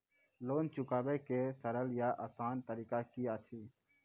Loan चुकाबै के सरल या आसान तरीका की अछि?